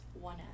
One